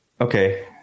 Okay